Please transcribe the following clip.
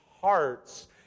hearts